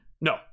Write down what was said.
No